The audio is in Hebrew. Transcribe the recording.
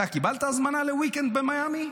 אתה קיבלת הזמנה ל-weekend במיאמי?